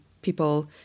people